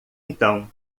então